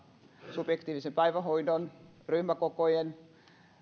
subjektiivisen päivähoidon ryhmäkokojen